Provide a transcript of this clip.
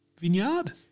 vineyard